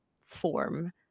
form